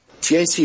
TAC